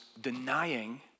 denying